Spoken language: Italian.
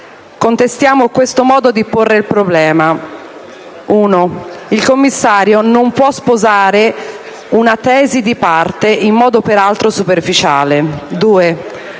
Contestiamo questo modo di porre il problema: (a) il commissario non può sposare una tesi di parte, in modo peraltro superficiale;